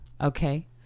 okay